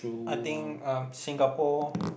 I think um Singapore